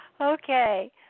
Okay